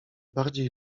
bardziej